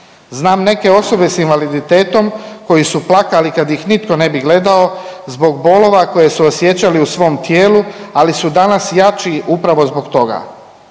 Znam neke osobe s invaliditetom koji su plakali kad ih nitko ne bi gledao zbog bolova koje su osjećali u svom tijelu, ali su danas jači upravo zbog toga.